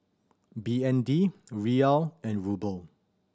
B N D Riyal and Ruble